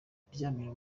kuryamira